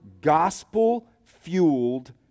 gospel-fueled